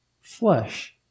flesh